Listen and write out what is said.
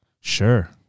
Sure